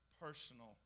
personal